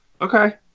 Okay